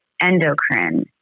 endocrine